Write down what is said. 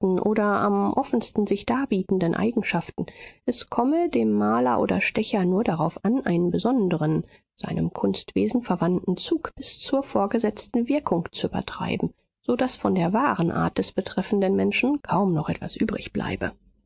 oder am offensten sich darbietenden eigenschaften es komme dem maler oder stecher nur darauf an einen besonderen seinem kunstwesen verwandten zug bis zur vorgesetzten wirkung zu übertreiben so daß von der wahren art des betreffenden menschen kaum noch etwas